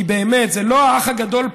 כי באמת, זה לא האח הגדול פה.